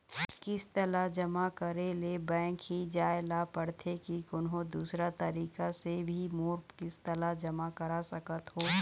किस्त ला जमा करे ले बैंक ही जाए ला पड़ते कि कोन्हो दूसरा तरीका से भी मोर किस्त ला जमा करा सकत हो?